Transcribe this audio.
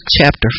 chapter